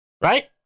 Right